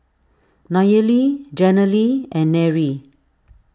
Nayely Jenilee and Nery